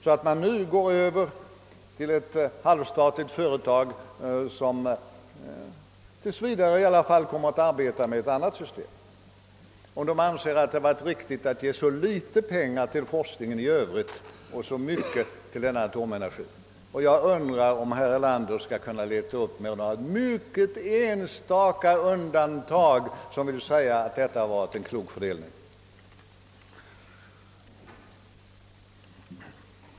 Nu har arbetet lagts över på ett halvstatligt företag, som i varje fall tills vidare kommer att arbeta med ett annat system. Man skulle kunna fråga om de anser att det varit riktigt att ge så litet pengar till forskningen i övrigt och så mycket till denna atomenergiforskning. Jag undrar om herr Erlander skall kunna leta upp mer än några enstaka personer — rena undantagsfall — som vill säga att detta varit en klok fördelning.